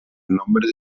nombre